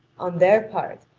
on their part,